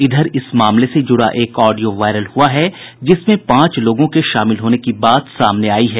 इधर इस मामले से जुड़ा एक ऑडियो वायरल हुआ है जिसमें पांच लोगों के शामिल होने की बात सामने आयी है